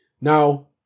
Now